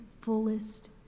fullest